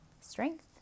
strength